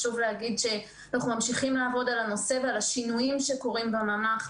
חשוב להגיד שאנחנו ממשיכים לעבוד על הנושא ועל השינויים שקורים בממ"ח,